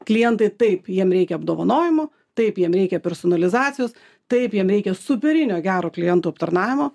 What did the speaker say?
klientai taip jiem reikia apdovanojimų taip jiem reikia personalizacijos taip jiem reikia superinio gero klientų aptarnavimo